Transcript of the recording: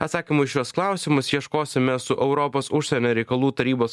atsakymų į šiuos klausimus ieškosime su europos užsienio reikalų tarybos